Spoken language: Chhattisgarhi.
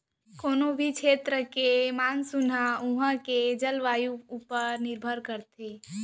कोनों भी छेत्र के मानसून ह उहॉं के जलवायु ऊपर निरभर करथे